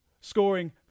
scoring